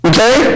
Okay